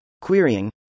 querying